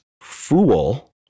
fool